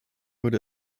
würde